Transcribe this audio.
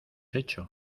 hecho